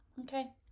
Okay